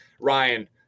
Ryan